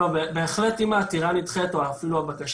אפרופו ההערה